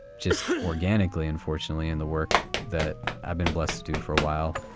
just organically, unfortunately, in the work that i've been blessed to do for a while,